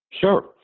Sure